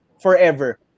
forever